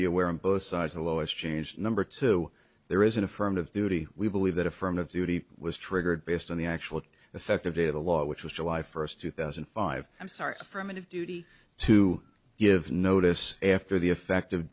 be aware of both sides the lowest changed number two there is an affirmative duty we believe that affirmative duty was triggered based on the actual effective date of the law which was july first two thousand and five i'm sorry from and of duty to give notice after the effect